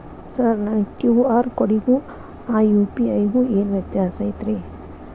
Sir ನನ್ನ QR ಕೊಡಿಗೂ ಆ ಯು.ಪಿ.ಐ ಗೂ ಏನ್ ವ್ಯತ್ಯಾಸ ಐತ್ರಿ?